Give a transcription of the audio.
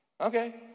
okay